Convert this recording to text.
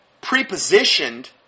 pre-positioned